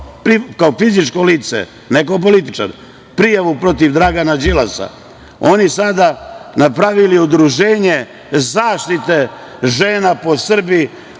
kao fizičko lice, ne kao političar, prijavu protiv Dragana Đilasa. Oni sada napravili udruženje zaštite žena po Srbiji,